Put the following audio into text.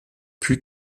puis